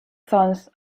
sons